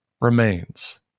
remains